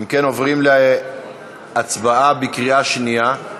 אם כן, עוברים להצבעה בקריאה שנייה.